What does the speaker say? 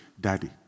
Daddy